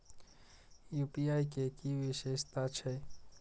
UPI के कि विषेशता छै?